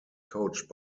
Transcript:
coached